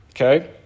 okay